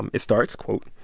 and it starts, quote,